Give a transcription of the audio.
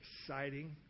exciting